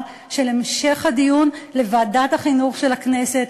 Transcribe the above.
של המשך הדיון לוועדת החינוך של הכנסת,